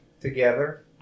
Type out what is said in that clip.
together